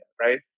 right